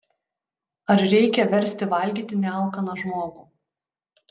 ar reikia versti valgyti nealkaną žmogų